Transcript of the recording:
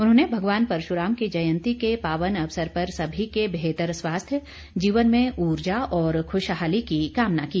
उन्होंने भगवान परशुराम की जयंती के पावन अवसर पर सभी के बेहतर स्वास्थ्य जीवन में ऊर्जा और खुशहाली की कामना की